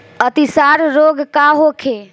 अतिसार रोग का होखे?